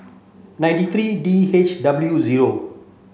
nine three D H W zero